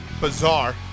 bizarre